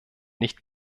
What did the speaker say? nicht